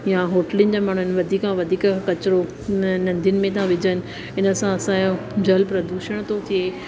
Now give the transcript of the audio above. या होटलुनि जा माण्हू आहिनि वधीक में वधीक कचरो नदीनि में था विझनि इन सां असांजो जल प्रदूषण थो थिए